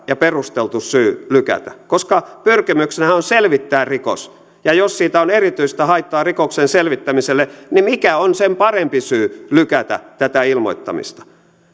ja perusteltu syy lykätä koska pyrkimyksenähän on selvittää rikos ja jos siitä on erityistä haittaa rikoksen selvittämiselle niin mikä on sen parempi syy lykätä tätä ilmoittamista